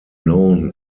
known